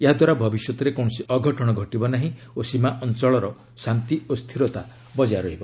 ଏହାଦ୍ୱାରା ଭବିଷ୍ୟତରେ କୌଣସି ଅଘଟଣ ଘଟିବ ନାହିଁ ଓ ସୀମା ଅଞ୍ଚଳର ଶାନ୍ତି ଓ ସ୍ଥିରତା ବଜାୟ ରହିବ